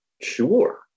sure